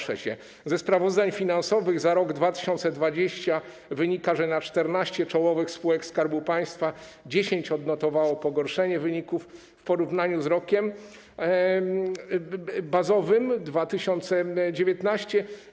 Ze sprawozdań finansowych za rok 2020 wynika, że na 14 czołowych spółek Skarbu Państwa 10 odnotowało pogorszenie wyników w porównaniu z rokiem bazowym 2019.